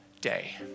day